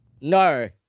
No